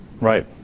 Right